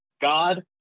god